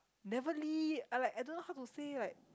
never le~ I'm like I don't know how to say like